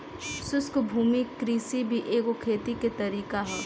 शुष्क भूमि कृषि भी एगो खेती के तरीका ह